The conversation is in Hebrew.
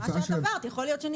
מה שאת עברת יכול להיות שנכנעת.